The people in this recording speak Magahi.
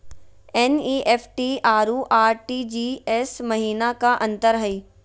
एन.ई.एफ.टी अरु आर.टी.जी.एस महिना का अंतर हई?